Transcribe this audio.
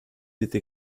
été